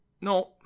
no